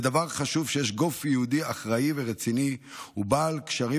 זה דבר חשוב שיש גוף יהודי אחראי ורציני ובעל קשרים